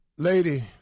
Lady